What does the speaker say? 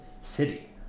city